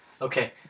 okay